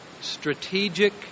Strategic